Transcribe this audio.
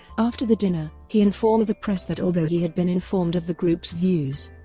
after the dinner, he informed the press that although he had been informed of the group's views,